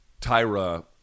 Tyra